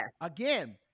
again